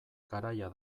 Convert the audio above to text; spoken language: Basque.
garaia